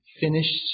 finished